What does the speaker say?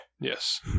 Yes